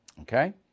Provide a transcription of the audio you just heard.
Okay